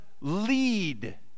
lead